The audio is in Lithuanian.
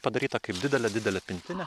padaryta kaip didelė didelė pintinė